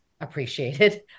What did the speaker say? appreciated